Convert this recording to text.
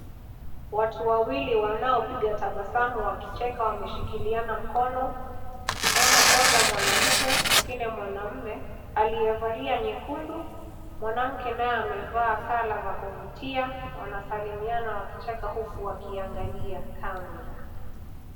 Watu wawili wanaopiga tabasamu wakicheka wameshikiliana mkono moja mwanamke mwingine mwanamume aliyevalia nyekundu, mwanamke naye amevaa kala za kuvutia wanasalimiana wakicheka huku wakiangalia kamera.